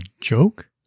joke